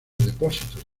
depósitos